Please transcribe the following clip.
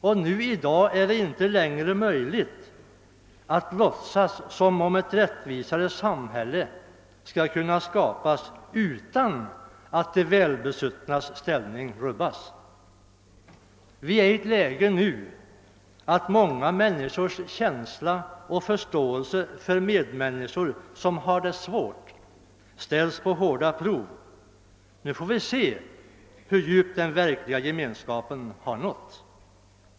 I dag är det inte längre möjligt att låtsas som om ett av rättvisa präglat samhälle skall kunna skapas utan att de mera besuttnas ställning rubbas. Vi befinner oss i ett sådant läge att många människors känsla och förståelse för de medmänniskor som har det svårt ställs på hårda prov. Nu får vi se hur djupt den verkliga gemenskapen har nått.